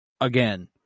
again